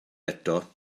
eto